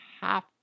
half